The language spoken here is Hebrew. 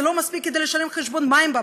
זה לא מספיק לשלם חשבון מים בבית.